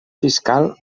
fiscal